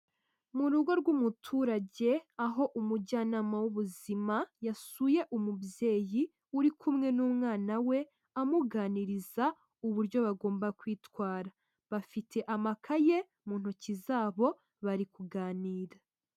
Mu rugo rw'umuturage aho umujyanama mu w'ubuzima yasuye umubyeyi uri kumwe n'umwana we; amuganiriza uburyo bagomba kwitwara, bafite amakaye mu ntoki zabo bari kuganira.